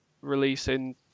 releasing